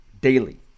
daily